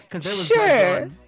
Sure